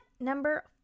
number